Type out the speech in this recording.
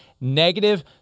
negative